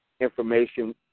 information